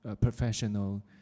professional